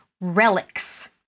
relics